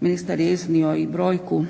ministar je iznio i brojku